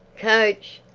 coach!